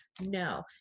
no